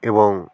এবং